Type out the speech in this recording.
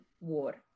war